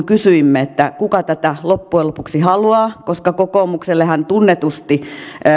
kysyimme kuka tätä loppujen lopuksi haluaa koska kokoomuksellahan tunnetusti